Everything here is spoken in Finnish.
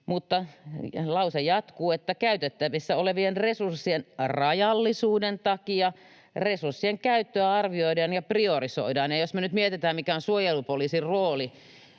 mutta lause jatkuu, että käytettävissä olevien resurssien rajallisuuden takia resurssien käyttöä arvioidaan ja priorisoidaan. Jos me nyt mietitään, mikä on suojelupoliisin rooli